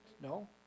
No